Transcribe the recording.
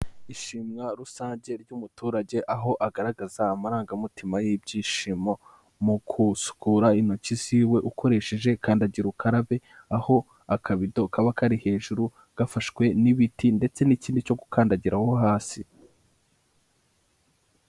Ishimwa rusange ry'umuturage aho agaragaza amarangamutima y'ibyishimo, mu kusukura intoki z'iwe ukoresheje kandagira ukarabe, aho akabido kaba kari hejuru gafashwe n'ibiti ndetse n'ikindi cyo gukandagiraho hasi.